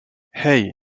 hey